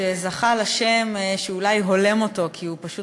שזכה לשם שאולי הולם אותו, כי הוא פשוט